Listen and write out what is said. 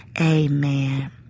amen